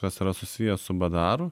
kas yra susiję su ba da ru